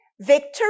victory